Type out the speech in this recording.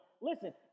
Listen